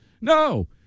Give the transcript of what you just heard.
No